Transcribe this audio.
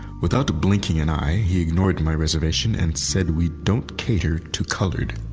without blinking an eye, he ignored my reservation and said we don't cater to colored,